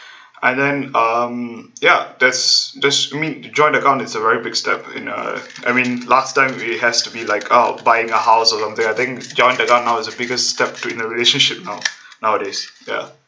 and then um ya that's that's I mean the joint account it's a very big step in uh I mean last time it has to be like oh buying a house or something I think joint account now is the biggest step to in a relationship now~ nowadays ya